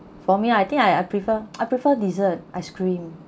for me I think I I prefer I prefer dessert ice cream